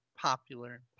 Popular